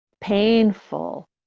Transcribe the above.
painful